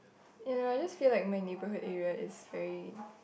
you know I just feel like my neighbourhood area is very